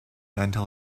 until